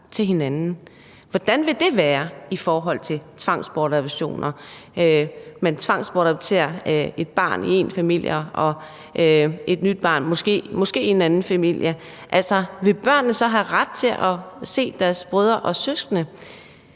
til hinanden. Hvordan vil det være i forhold til tvangsbortadoptioner? Man tvangsbortadopterer et barn i én familie og et nyt barn måske i en anden familie. Vil børnene så have ret til at se deres brødre og søstre?